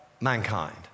mankind